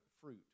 fruit